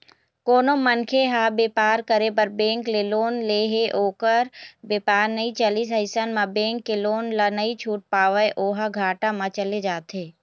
कोनो मनखे ह बेपार करे बर बेंक ले लोन ले हे ओखर बेपार नइ चलिस अइसन म बेंक के लोन ल नइ छूट पावय ओहा घाटा म चले जाथे